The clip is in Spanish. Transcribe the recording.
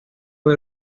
por